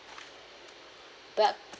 but